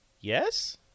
Yes